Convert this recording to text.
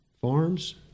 Farms